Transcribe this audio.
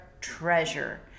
treasure